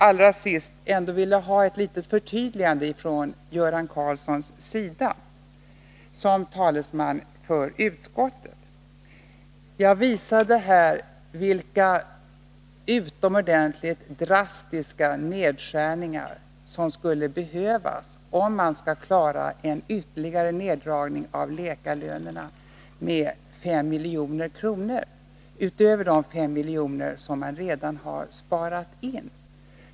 Allra sist skulle jag vilja ha ett förtydligande av Göran Karlsson som talesman för utskottet. Jag visade här vilka utomordentligt drastiska nedskärningar som skulle behövas, om man skall klara en ytterligare neddragning av läkarlönerna med 5 milj.kr., utöver de 5 miljoner som man redan har sparat in.